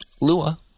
Lua